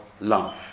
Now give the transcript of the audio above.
love